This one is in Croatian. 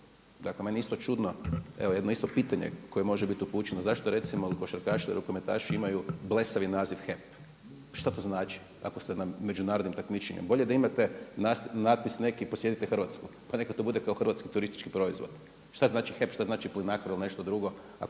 je isto čudno evo jedno isto pitanje koje može biti upućeno. Zašto, recimo košarkaši ili rukometaši imaju blesavi naziv HEP. Što to znači? Ako ste na međunarodnim takmičenjima bolje da imate natpis neki: posjetite Hrvatsku, pa neka to bude kao hrvatski turistički proizvod. Što znači HEP, što znači PLINACRO ili nešto drugo